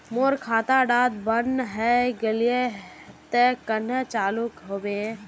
मोर खाता डा बन है गहिये ते कन्हे चालू हैबे?